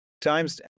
times